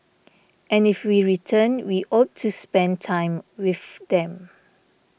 and if we return we ought to spend time with them